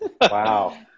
wow